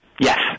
Yes